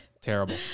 Terrible